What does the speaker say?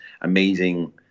amazing